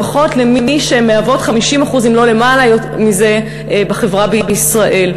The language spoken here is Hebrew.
לפחות למי שמהוות 50% אם לא למעלה מזה בחברה בישראל.